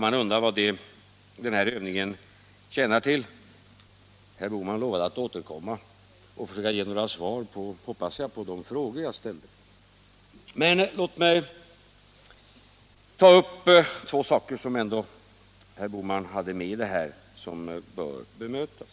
Man undrar vad den här övningen tjänar till. Herr Bohman lovade att återkomma — för att försöka ge svar, hoppas jag, på de frågor som jag ställt. Men låt mig ta upp ett par saker som herr Bohman ändå hade med i sitt inlägg och som bör bemötas.